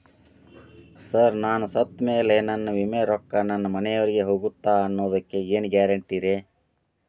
Sir ನಾನು ಸತ್ತಮೇಲೆ ನನ್ನ ವಿಮೆ ರೊಕ್ಕಾ ನನ್ನ ಮನೆಯವರಿಗಿ ಹೋಗುತ್ತಾ ಅನ್ನೊದಕ್ಕೆ ಏನ್ ಗ್ಯಾರಂಟಿ ರೇ?